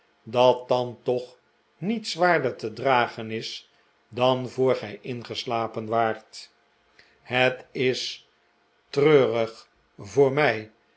dat dan toch niet zwaarder te dragen is dan voor gij ingeslapen waart het is treurig voor mij